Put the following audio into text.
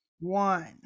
one